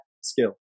skill